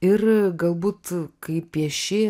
ir galbūt kai pieši